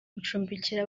gucumbikira